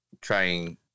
trying